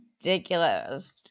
ridiculous